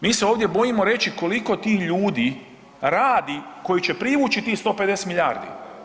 Mi se ovdje bojimo reći koliko tih ljudi radi koji će privući tih 150 milijardi.